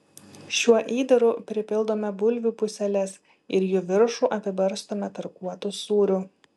šiuo įdaru pripildome bulvių puseles ir jų viršų apibarstome tarkuotu sūriu